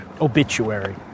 obituary